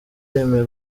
yemeye